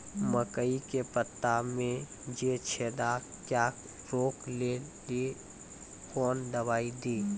मकई के पता मे जे छेदा क्या रोक ले ली कौन दवाई दी?